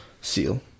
Seal